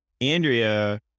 Andrea